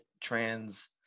trans